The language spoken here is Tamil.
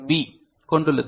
பி கொண்டுள்ளது